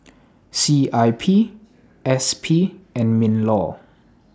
C I P S P and MINLAW